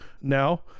now